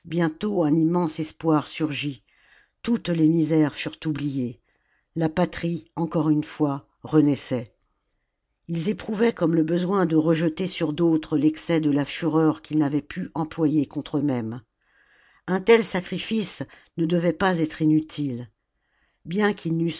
un immense espoir surgit toutes les misères furent oubliées la patrie encore une fois renaissait ils éprouvaient comme le besoin de rejeter sur d'autres l'excès de la fureur qu'ils n'avaient pu employer contre eux-mêmes un tel sacrifice ne devait pas être inutile bien qu'ils